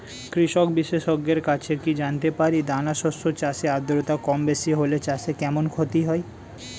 কৃষক বিশেষজ্ঞের কাছে কি জানতে পারি দানা শস্য চাষে আদ্রতা কমবেশি হলে চাষে কেমন ক্ষতি হয়?